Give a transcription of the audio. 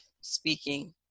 speaking